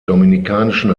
dominikanischen